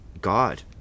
God